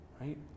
right